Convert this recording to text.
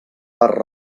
per